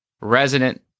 resident